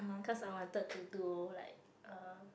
cause I wanted to do like uh